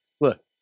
Look